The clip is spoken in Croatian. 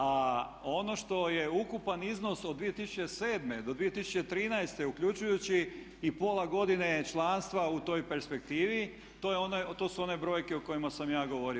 A ono što je ukupan iznos od 2007. do 2013. uključujući i pola godine članstva u toj perspektivi to su one brojke o kojima sam ja govorio.